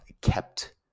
kept